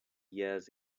years